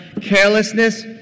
carelessness